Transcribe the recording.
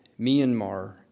Myanmar